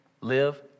live